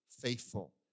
faithful